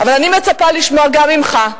אבל אני מצפה לשמוע גם ממך,